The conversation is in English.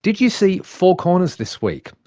did you see four corners this week?